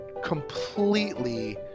completely